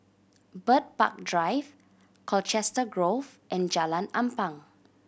Bird Park Drive Colchester Grove and Jalan Ampang